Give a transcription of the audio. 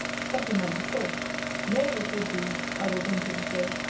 something might be said nay, it would be, i will venture to say,